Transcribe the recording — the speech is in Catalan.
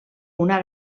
una